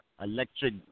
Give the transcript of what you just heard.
electric